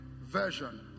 Version